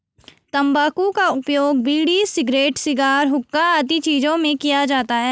तंबाकू का उपयोग बीड़ी, सिगरेट, शिगार, हुक्का आदि चीजों में किया जाता है